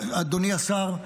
אדוני השר,